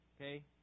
okay